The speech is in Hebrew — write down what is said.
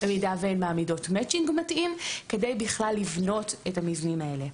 במידה והן מעמידות מצ'ינג מתאים כדי לבנות את המבנים האלה.